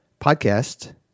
podcast